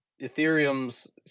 Ethereum's